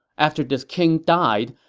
after this king died,